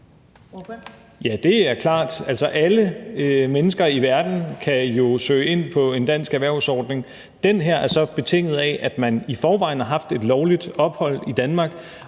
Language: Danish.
Ja, det er klart. Altså, alle mennesker i verden kan jo søge ind på en dansk erhvervsordning. Den her er så betinget af, at man i forvejen har haft et lovligt ophold i Danmark